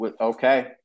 Okay